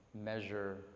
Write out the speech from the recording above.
measure